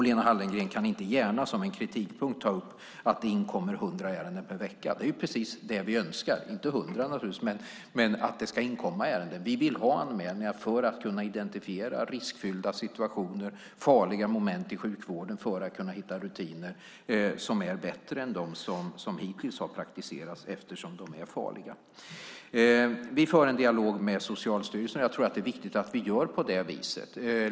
Lena Hallengren kan inte gärna ta upp det som kritik att det inkommer hundra ärenden per vecka. Det är precis det vi önskar, inte hundra naturligtvis men att det inkommer ärenden. Vi vill ha anmälningar för att kunna identifiera riskfyllda situationer och farliga moment i sjukvården och för att kunna hitta rutiner som är bättre än de som hittills har praktiserats, eftersom de är farliga. Vi för en dialog med Socialstyrelsen, och jag tror att det är viktigt att vi gör på det viset.